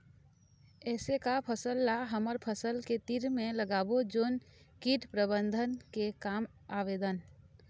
ऐसे का फसल ला हमर फसल के तीर मे लगाबो जोन कीट प्रबंधन के काम आवेदन?